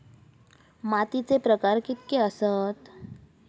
मातीचे प्रकार कितके आसत?